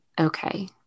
okay